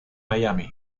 miami